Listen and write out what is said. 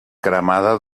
cremada